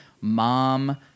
mom